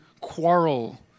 quarrel